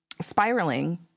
spiraling